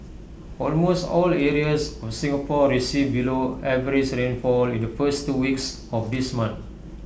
almost all areas of Singapore received below average rainfall in the first two weeks of this month